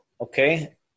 okay